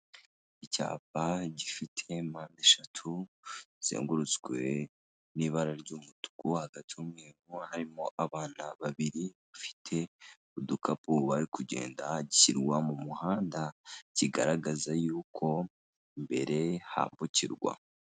Iyapa gifite mpande eshatu, zizengurutswe n'ibara ry'umutuku, hagati umweru harimo abana babiri, bafite udukapu bari kugenda, gishyirwa mu muhanda kigaragaza y'uko imbere hambukirwa.